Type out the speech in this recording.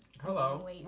Hello